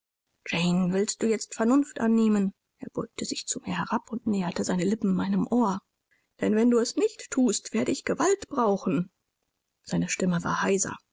jane willst du jetzt vernunft annehmen er beugte sich zu mir herab und näherte seine lippen meinem ohr denn wenn du es nicht thust werde ich gewalt brauchen seine stimme war heiser